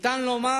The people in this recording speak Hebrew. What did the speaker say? אפשר לומר